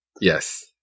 Yes